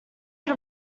are